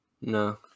no